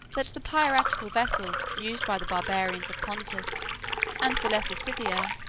that the piratical vessels used by the barbarians of pontus and the lesser scythia,